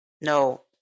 no